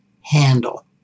handle